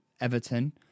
Everton